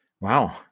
Wow